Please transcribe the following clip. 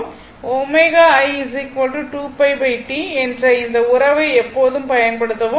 ω i 2πT என்ற இந்த உறவை எப்போதும் பயன்படுத்தவும்